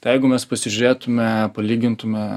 tai jeigu mes pasižiūrėtume palygintume